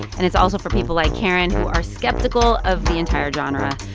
and it's also for people like karen, who are skeptical of the entire genre.